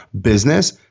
business